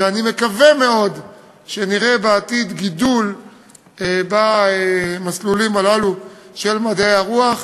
ואני מקווה מאוד שנראה בעתיד גידול במסלולים הללו של מדעי הרוח,